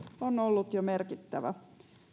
on ollut jo merkittävä